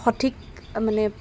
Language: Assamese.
সঠিক মানে